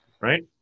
right